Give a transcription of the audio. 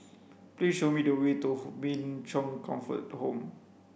please show me the way to Min Chong Comfort Home